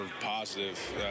positive